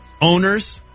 owners